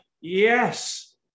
Yes